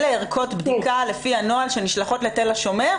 אלה ערכות בדיקה לפי הנוהל שנשלחות לתל השומר,